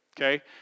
okay